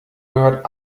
gehört